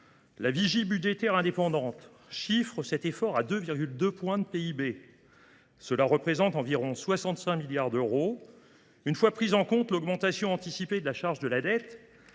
La vigie budgétaire indépendante chiffre cet effort à 2,2 points de PIB, soit environ 65 milliards d’euros. Si l’on prend en compte l’augmentation anticipée de la charge de la dette,